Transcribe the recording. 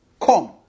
Come